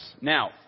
Now